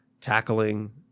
tackling